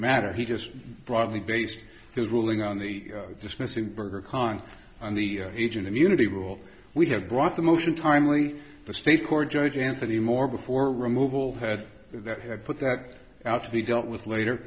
matter he just broadly based his ruling on the dismissing berger khan and the agent immunity rule we have brought the motion timely the state court judge anthony more before removal had that he had put that out to be dealt with later